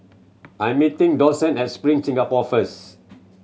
I'm meeting Dawson at Spring Singapore first